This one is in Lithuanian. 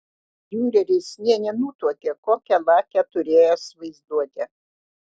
diureris nė nenutuokė kokią lakią turėjęs vaizduotę